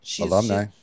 Alumni